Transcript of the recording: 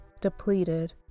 depleted